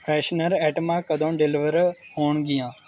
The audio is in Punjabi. ਫੈਸ਼ਨਰ ਆਈਟਮਾਂ ਕਦੋਂ ਡਿਲੀਵਰ ਹੋਣਗੀਆਂ